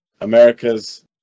America's